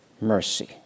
mercy